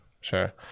sure